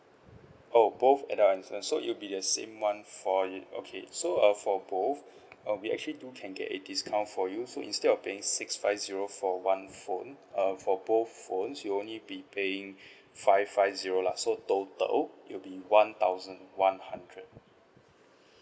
oh both adult and student so it'll be the same [one] for you okay so err for both err we actually do can get a discount for you so instead of paying six five zero for one phone err for both phones you only be paying five five zero lah so total it'll be one thousand one hundred